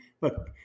look